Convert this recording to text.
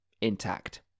intact